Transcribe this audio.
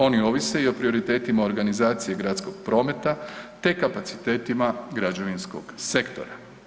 Oni ovise i o prioritetima organizacije gradskog prometa te kapacitetima građevinskog sektora.